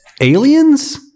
Aliens